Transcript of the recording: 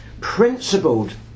principled